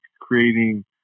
creating